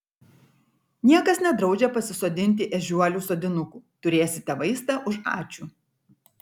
niekas nedraudžia pasisodinti ežiuolių sodinukų turėsite vaistą už ačiū